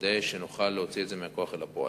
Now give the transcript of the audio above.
כדי שנוכל להוציא את זה מהכוח לפועל.